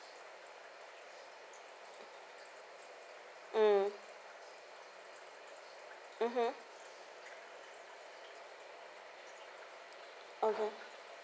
mm mmhmm okay